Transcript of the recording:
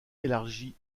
élargi